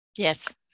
Yes